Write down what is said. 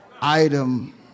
item